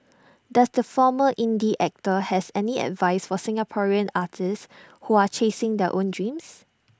does the former indie actor have any advice for Singaporean artists who are chasing their own dreams